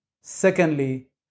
Secondly